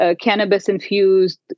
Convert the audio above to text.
cannabis-infused